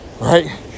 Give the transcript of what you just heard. right